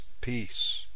peace